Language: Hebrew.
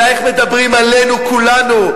אלא איך מדברים עלינו כולנו,